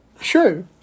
sure